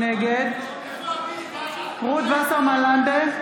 נגד רות וסרמן לנדה,